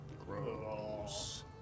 Gross